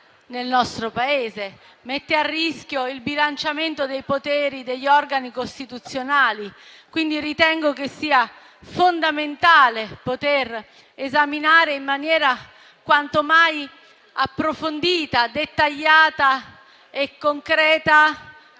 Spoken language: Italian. nel nostro Paese, e mette a rischio il bilanciamento dei poteri degli organi costituzionali. Ritengo pertanto che sia fondamentale poter esaminare in maniera quanto mai approfondita, dettagliata e concreta